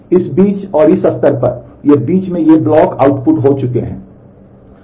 इस बीच और इस स्तर पर इस बीच ये ब्लॉक आउटपुट हो चुके हैं